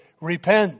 repent